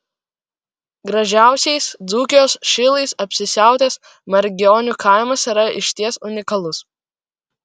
gražiausiais dzūkijos šilais apsisiautęs margionių kaimas yra išties unikalus